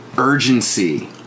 urgency